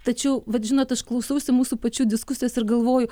tačiau vat žinot aš klausausi mūsų pačių diskusijos ir galvoju